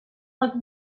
looked